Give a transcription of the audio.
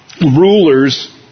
rulers